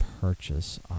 purchase